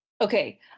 Okay